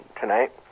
tonight